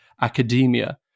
Academia